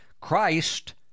Christ